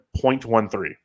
0.13